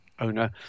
owner